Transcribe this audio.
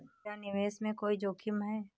क्या निवेश में कोई जोखिम है?